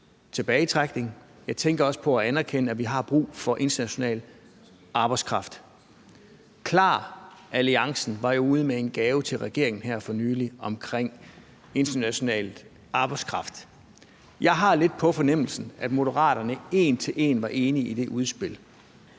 Jeg tænker også på at anerkende, at vi har brug for international arbejdskraft. KLAR-alliancen var jo ude med en gave til regeringen her for nylig omkring international arbejdskraft. Jeg har lidt på fornemmelsen, at Moderaterne en til en var enig i det udspil.